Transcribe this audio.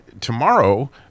tomorrow